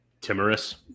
Timorous